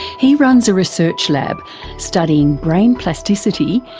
he runs a research lab studying brain plasticity,